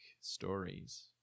stories